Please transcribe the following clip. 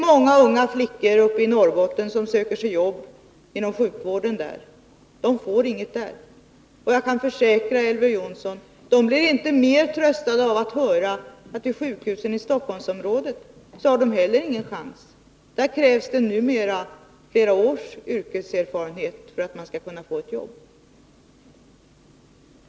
Många unga flickor i Norrbotten söker jobb inom sjukvården där. De får inget jobb. Och jag kan försäkra Elver Jonsson att de blir inte tröstade av att höra att på sjukhusen i Stockholmsområdet har de heller ingen chans — där krävs det numera flera års yrkeserfarenhet.